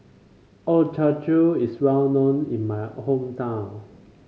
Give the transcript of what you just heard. Ochazuke is well known in my hometown